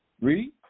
Read